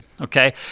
okay